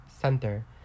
center